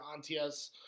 Antias